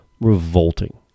revolting